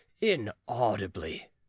inaudibly